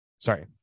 Sorry